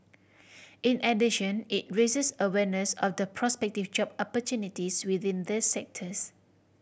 in addition it raises awareness of the prospective job opportunities within these sectors